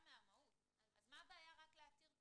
אז מה הבעיה רק להתיר תיקון?